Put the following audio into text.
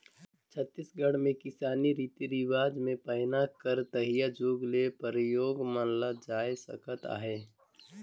छत्तीसगढ़ मे किसानी रीति रिवाज मे पैना कर तइहा जुग ले परियोग मानल जाए सकत अहे